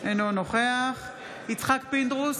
אינו נוכח יצחק פינדרוס,